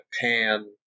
pan